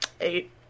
Eight